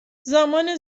زمان